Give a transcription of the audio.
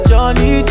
Johnny